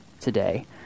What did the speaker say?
today